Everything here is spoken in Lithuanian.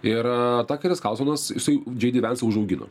ir takeris karsonas jisai džei dy vensą užaugino